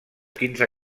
quinze